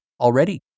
already